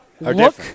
look